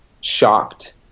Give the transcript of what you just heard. shocked